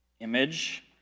image